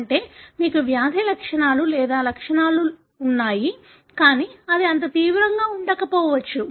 అంటే మీకు వ్యాధి లేదా లక్షణాలు ఉన్నాయి కానీ అది అంత తీవ్రంగా ఉండకపోవచ్చు